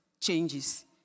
changes